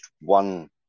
one